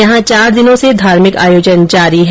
यहां चार दिनों से धार्मिक आयोजन जारी है